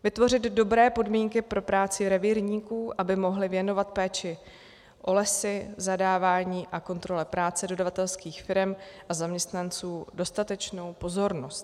Vytvořit dobré podmínky pro práci revírníků, aby mohli věnovat péči o lesy, zadávání a kontrole práce dodavatelských firem a zaměstnanců dostatečnou pozornost.